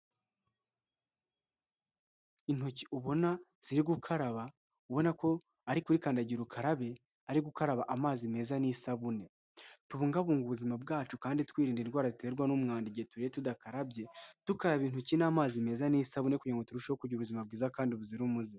Intoki ubona ziri gukaraba, ubona ko ari kuri kandagira ukarabe, ari gukaraba amazi meza n'isabune. Tubungabunga ubuzima bwacu kandi twirinda indwara ziterwa n'umwanda igihe turiye tudakarabye, tukaraba intoki n'amazi meza n'isabune kugirango ngo turusheho kugira ubuzima bwiza kandi buzira umuze.